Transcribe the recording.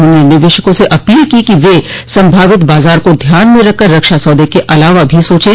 उन्होंने निवेशकों से अपील की कि वे संभावित बाजार को ध्यान में रखकर रक्षा सौदे के अलावा भी सोचें